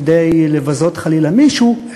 כדי לבזות חלילה מישהו,